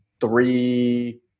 three